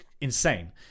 insane